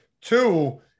Two